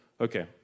Okay